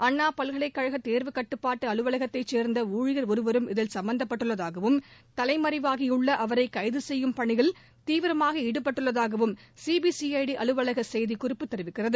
அண்ணா பல்கலைக்கழக தேர்வுக் கட்டுப்பாட்டு அலுவலகத்தைச் சேர்ந்த ஊழியர் ஒருவரும் இதில் சம்பந்தப்பட்டுள்ளதாகவும் தலைமறைவாகியுள்ள அவரை கைது செய்யும் பணியில் தீவிரமாக ஈடுபட்டுள்ளதாகவும் சிபிசிஐடி அலுவலக செய்திக்குறிப்பு தெரிவிக்கிறது